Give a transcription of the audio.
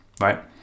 right